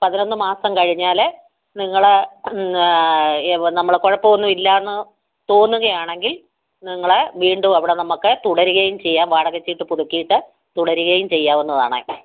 പതിനൊന്ന് മാസം കഴിഞ്ഞാല് നിങ്ങള് നമ്മള് കുഴപ്പം ഒന്നും ഇല്ലാന്ന് തോന്നുകയാണെങ്കിൽ നിങ്ങളെ വീണ്ടും അവിടെ നമുക്ക് തുടരുകയും ചെയ്യാം വാടക ചീട്ട് പുതുക്കിയിട്ട് തുടരുകയും ചെയ്യാവുന്നതാണ്